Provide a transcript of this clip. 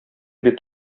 бит